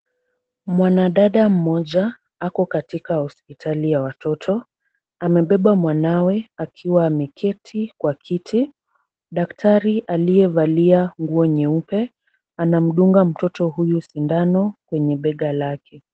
Mwanadada mmoja, ako katika hospitali ya watoto. Amebeba mwanawe akiwa ameketi kwa kiti. Daktari aliyevalia nguo nyeupe, anamdunga mtoto huyu sindano kwenye bega lake.